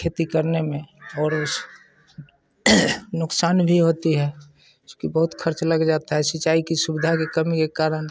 खेती करने में और उस नुक़सान भी होती है उसका बहुत ख़र्च लग जाता है सिंचाई की सुविधा की कमी के कारण